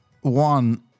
one